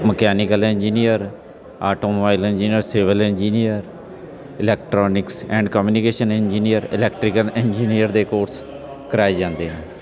mechanical engineer automobile engineer civil engineer electronics and communication engineer electrical engineer ਦੇ course ਕਰਵਾਏ ਜਾਂਦੇ ਹਨ